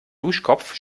duschkopf